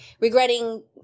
regretting